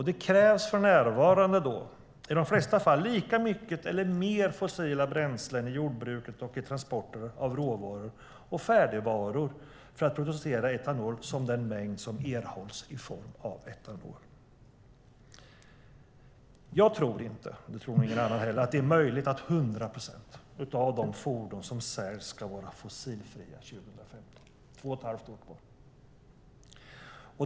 Det krävs för närvarande i de flesta fall lika mycket eller mer fossila bränslen i jordbruket och för transporter av råvaror och färdigvaror för att producera etanol som den mängd som erhålls i form av etanol. Jag tror inte, och förmodligen ingen annan heller, att det är möjligt att 100 procent av de fordon som säljs är fossilfria 2015. Det är två och ett halvt år kvar.